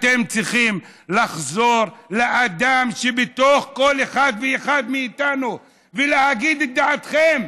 אתם צריכים לחזור לאדם שבתוך כל אחד ואחד מאיתנו ולהגיד את דעתכם.